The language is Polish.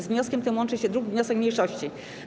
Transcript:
Z wnioskiem tym łączy się 2. wniosek mniejszości.